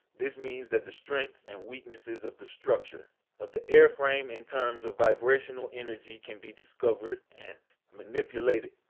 this means that the strengths and weaknesses of the structure of the airframe in terms of vibrational energy can be discovered and manipulated.